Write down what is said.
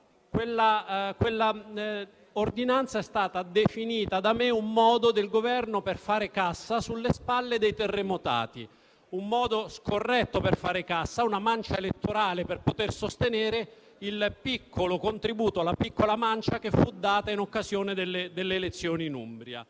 Quella ordinanza è stata definita da me un modo del Governo per fare cassa sulle spalle dei terremotati; un modo scorretto per fare cassa, una mancia elettorale per poter sostenere il piccolo contributo, la piccola mancia che fu data in occasione delle elezioni in Umbria.